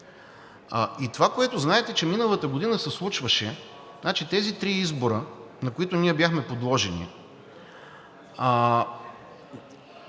И това, което знаете, че миналата година се случваше, значи, тези три избора, на които ние бяхме подложени,